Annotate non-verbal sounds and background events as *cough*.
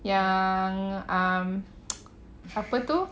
yang um *noise* apa tu